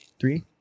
three